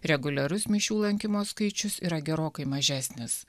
reguliarus mišių lankymo skaičius yra gerokai mažesnis